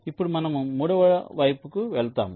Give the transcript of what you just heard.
ఇప్పుడు మనము మూడవ వైపుకు వెళ్తాము